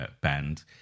band